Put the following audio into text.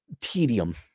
tedium